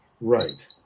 Right